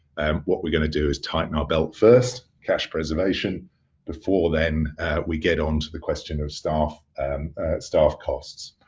what we're gonna do is tighten our belt first, cash preservation before then we get on to the question of staff um staff costs.